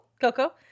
Coco